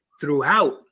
throughout